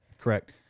Correct